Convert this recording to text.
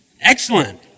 Excellent